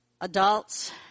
adults